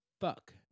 fuck